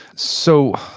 so,